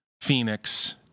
Phoenix